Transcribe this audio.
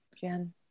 Jen